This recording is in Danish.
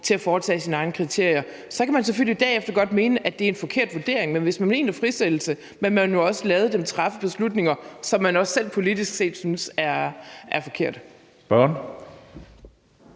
til at opstille deres egne kriterier. Så kan man selvfølgelig derefter godt mene, at det er en forkert vurdering, men hvis man mener, at der skal ske en frisættelse, må man jo også lade dem træffe beslutninger, som man også selv politisk set synes er forkerte.